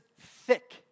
thick